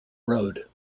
road